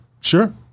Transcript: sure